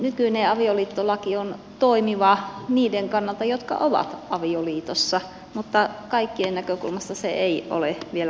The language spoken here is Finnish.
nykyinen avioliittolaki on toimiva niiden kannalta jotka ovat avioliitossa mutta kaikkien näkökulmasta se ei ole vielä toimiva